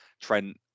Trent